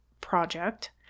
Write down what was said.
project